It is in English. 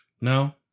No